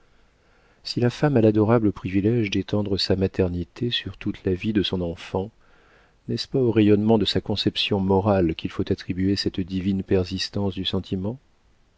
si la femme a l'adorable privilége d'étendre sa maternité sur toute la vie de son enfant n'est-ce pas aux rayonnements de sa conception morale qu'il faut attribuer cette divine persistance du sentiment